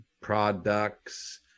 products